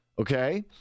okay